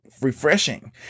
refreshing